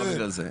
לא, לא בגלל זה.